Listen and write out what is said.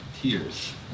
tears